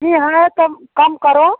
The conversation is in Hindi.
यह है तो कम करो